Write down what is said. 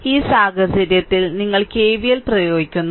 ഈ സാഹചര്യത്തിൽ ഞങ്ങൾ കെവിഎൽ പ്രയോഗിക്കുന്നു